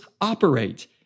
operate